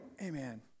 Amen